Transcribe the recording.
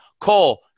Cole